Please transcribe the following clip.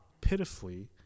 pitifully